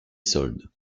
soldes